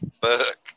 fuck